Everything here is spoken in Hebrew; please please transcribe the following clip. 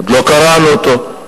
עוד לא קראנו אותו,